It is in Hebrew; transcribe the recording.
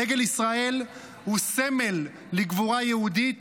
דגל ישראל הוא סמל לגבורה יהודית,